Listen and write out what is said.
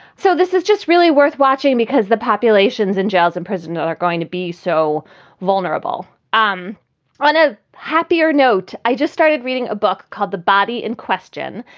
so this is just really worth watching because the populations in jails and prisons are going to be so vulnerable um on a happier note, i just started reading a book called the body in question.